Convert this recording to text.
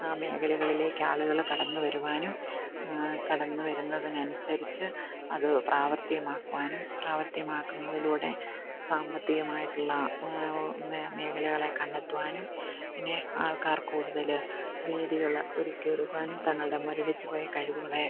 ആ മേഖലകളിലേക്ക് ആളുകൾ കടന്ന് വരുവാനും കടന്നുവരുന്നതിനനുസരിച്ച് അത് പ്രാവർത്തികമാക്കുവാനും പ്രവർത്തികമാക്കുന്നതിലൂടെ സാമ്പത്തികമായിട്ടുള്ള മേഖലകളെ കണ്ടെത്തുവാനും പിന്നെ ആൾക്കാർ കൂടുതൽ വേദികൾ ഒരുക്കി എടുക്കുവാനും തങ്ങളുടെ മുരടിച്ചു പോയ കഴിവുകളെ